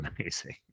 amazing